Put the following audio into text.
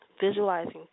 visualizing